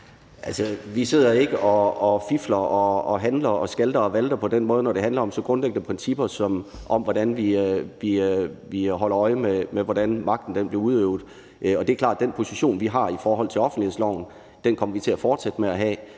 vi sidder ikke på den måde og fifler eller skalter og valter med det, når det handler om så grundlæggende principper som at holde øje med, hvordan magten bliver udøvet. Det er klart, at den position, vi har i forhold til offentlighedsloven, kommer vi til at fortsætte med at have,